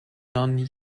non